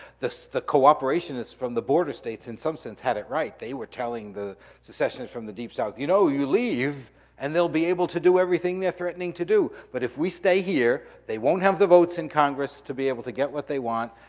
the so the cooperation is from the border states, in some sense had it right. they were telling the secessions from the deep south, you know you leave and they'll be able to do everything they're threatening to do. but if we stay here, they won't have the votes in congress to be able to get what they want,